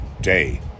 day